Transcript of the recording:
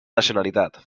nacionalitat